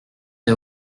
des